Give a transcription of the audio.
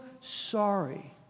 sorry